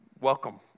Welcome